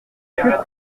plus